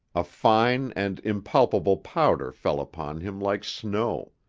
a fine and impalpable powder fell upon him like snow.